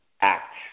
act